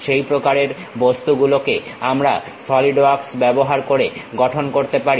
সেই প্রকারের বস্তুগুলোকে আমরা সলিড ওয়ার্কস ব্যবহার করে গঠন করতে পারি